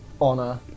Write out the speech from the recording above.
Honor